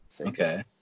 Okay